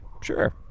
sure